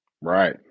Right